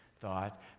thought